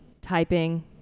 typing